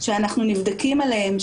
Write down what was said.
שאנחנו נבדקים עליהם,